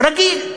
רגיל,